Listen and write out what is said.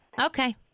Okay